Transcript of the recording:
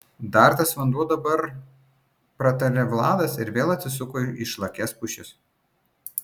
dar tas vanduo dabar pratarė vladas ir vėl atsisuko į išlakias pušis